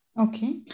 Okay